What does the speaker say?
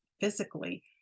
physically